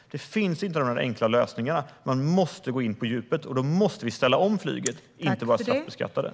Det finns inte några enkla lösningar. Man måste gå in på djupet, och då måste vi ställa om flyget, inte bara straffbeskatta det.